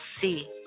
see